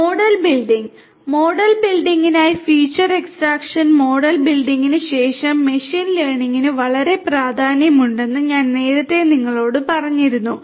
model building model ബിൽഡിംഗിനായി feature extraction model ബിൽഡിംഗിന് ശേഷം മെഷീൻ ലേണിംഗിന് വളരെ പ്രാധാന്യമുണ്ടെന്ന് ഞാൻ നേരത്തെ നിങ്ങളോട് പറഞ്ഞിരുന്നു